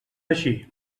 així